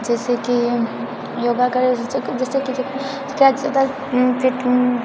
जैसेकि योगा करैसँ जैसेकि